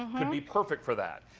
and could be perfect for that.